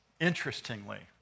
Interestingly